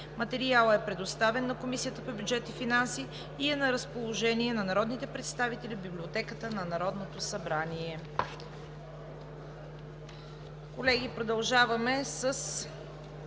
Материалът е предоставен на Комисията по бюджет и финанси и е на разположение на народните представители в Библиотеката на Народното събрание.